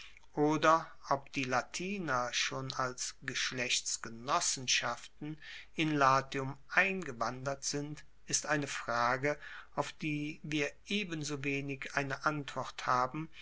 oder ob die latiner schon als geschlechtsgenossenschaften in latium eingewandert sind ist eine frage auf die wir ebenso wenig eine antwort haben